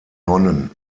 nonnen